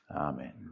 Amen